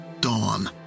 Dawn